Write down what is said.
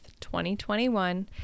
2021